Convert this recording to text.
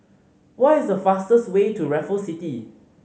what is the fastest way to Raffles City